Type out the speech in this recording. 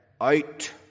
out